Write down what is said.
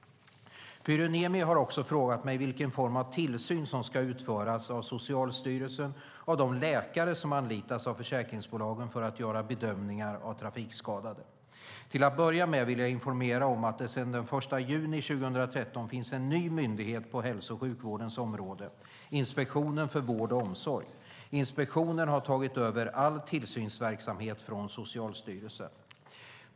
Pyry Niemi har också frågat mig vilken form av tillsyn som ska utföras av Socialstyrelsen av de läkare som anlitas av försäkringsbolagen för att göra bedömningar av trafikskadade. Till att börja med vill jag informera om att det sedan den 1 juni 2013 finns en ny myndighet på hälso och sjukvårdens område, Inspektionen för vård och omsorg. Inspektionen har tagit över all tillsynsverksamhet från Socialstyrelsen.